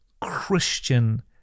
Christian